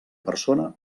persona